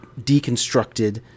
deconstructed